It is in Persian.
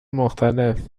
مختلف